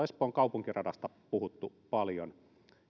espoon kaupunkiradasta puhuttu paljon